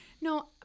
No